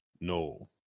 No